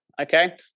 Okay